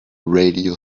radio